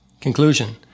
Conclusion